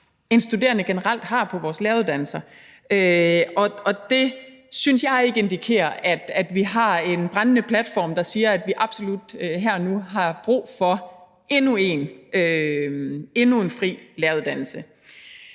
end studerende generelt har på vores læreruddannelser, og det synes jeg ikke indikerer, at vi har en brændende platform, der siger, at vi absolut her og nu har brug for endnu en fri læreruddannelse.